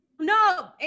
No